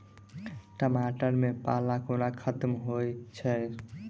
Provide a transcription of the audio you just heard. टमाटर मे पाला कोना खत्म होइ छै?